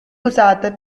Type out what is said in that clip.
usata